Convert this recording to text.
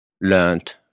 learned